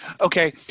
okay